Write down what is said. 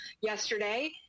yesterday